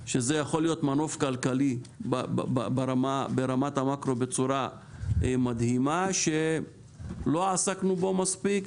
שזה יכול להיות מנוף כלכלי ברמת המקרו בצורה מדהימה שלא עסקנו בו מספיק,